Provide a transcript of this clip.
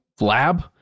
lab